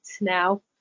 now